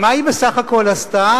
מה היא בסך הכול עשתה?